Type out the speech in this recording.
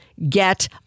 get